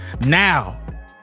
Now